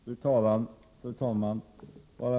Fru talman!